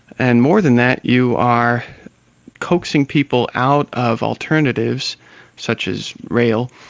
and more than that, you are coaxing people out of alternatives such as rail,